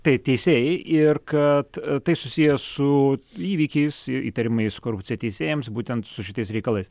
tai teisėjai ir kad tai susiję su įvykiaisir įtarimais korupcija teisėjams būtent su šitais reikalais